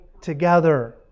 together